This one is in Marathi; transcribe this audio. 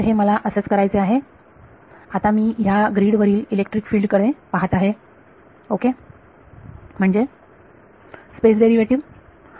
तर हे मला असेच करायचे आहे आता मी ह्या ग्रीड वरील इलेक्ट्रिक फील्ड कडे पाहत आहे ओके म्हणजे स्पेस डेरिव्हेटिव्हज